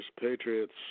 Patriots